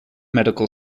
medical